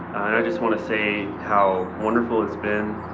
i just wanna say how wonderful it's been,